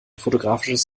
fotografisches